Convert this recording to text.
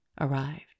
arrived